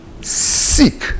Seek